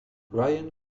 ryan